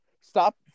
stop